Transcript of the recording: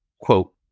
quote